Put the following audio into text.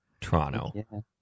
toronto